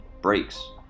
breaks